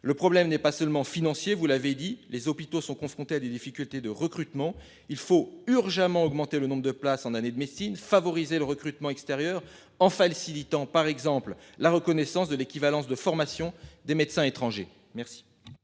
Le problème n'est pas seulement financier, vous l'avez dit, les hôpitaux sont confrontés à des difficultés de recrutement il faut urgemment augmenter le nombre de places en année de Messine favoriser le recrutement extérieur en facilitant, par exemple, la reconnaissance de l'équivalence de formation des médecins étrangers. Merci.